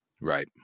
Right